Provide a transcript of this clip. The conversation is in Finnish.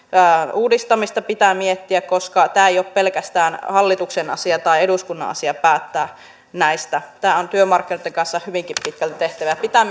uudistamista pitää miettiä koska tämä ei ole pelkästään hallituksen asia tai eduskunnan asia päättää näistä tämä on työmarkkinoitten kanssa hyvinkin pitkälti tehtävä pitää